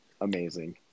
amazing